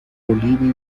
bolivia